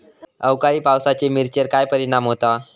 अवकाळी पावसाचे मिरचेर काय परिणाम होता?